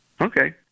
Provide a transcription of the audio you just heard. Okay